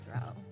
throw